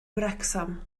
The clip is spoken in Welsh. wrecsam